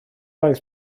oedd